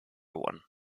one